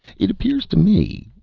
it appears to me,